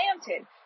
planted